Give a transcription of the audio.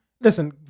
Listen